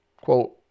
Quote